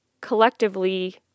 collectively